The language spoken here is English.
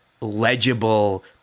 legible